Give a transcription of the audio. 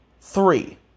three